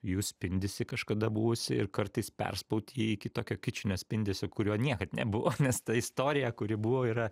jų spindesį kažkada buvusį ir kartais perspaut jį iki tokio kičinio spindesio kurio niekad nebuvo nes ta istorija kuri buvo yra